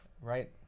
Right